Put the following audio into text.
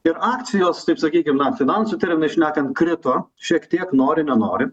ir akcijos taip sakykim na finansų terminais šnekant krito šiek tiek nori nenori